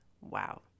Wow